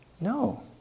no